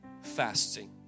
fasting